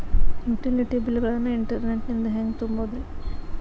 Utility bill ಗಳನ್ನ internet ನಿಂದ ಹೆಂಗ್ ತುಂಬೋದುರಿ?